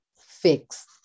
fixed